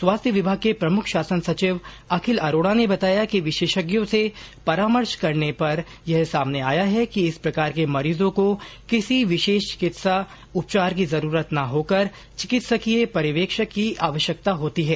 स्वास्थ्य विभाग के प्रमुख शासन सचिव अखिल अरोडा ने बताया कि विशेषज्ञों से परामर्श करने पर यह सामने आया है कि इस प्रकार के मरीजों को किसी विशेष चिकित्सा उपचार की जरूरत न होकर चिकित्सकीय पर्यवेक्षण की आवश्यकता होती है